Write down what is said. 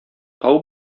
тау